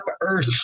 Earth